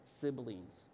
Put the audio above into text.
siblings